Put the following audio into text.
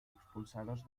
expulsados